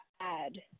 add